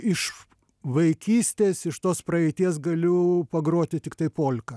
iš vaikystės iš tos praeities galiu pagroti tiktai polką